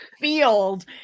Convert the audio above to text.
field